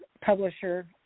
publisher